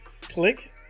Click